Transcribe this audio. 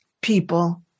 people